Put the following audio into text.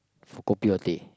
for kopi or teh